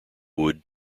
wood